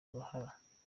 uruhara